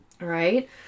Right